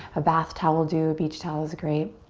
a bath towel will do. a beach towel is great.